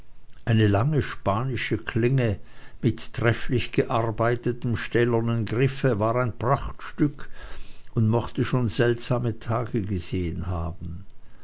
eine lange spanische klinge mit trefflich gearbeitetem stählernen griffe war ein prachtstück und mochte schon seltsame tage gesehen haben